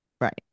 Right